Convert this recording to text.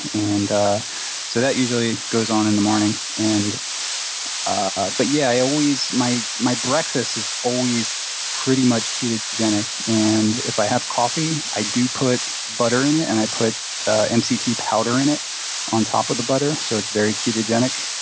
and ah so that usually goes on in the morning. and ah but, yeah, i always my my breakfast is always pretty much ketogenic. and if i have coffee, i do put butter in it, and i put ah um mct powder in it on top of the butter, so it's very ketogenic.